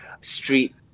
street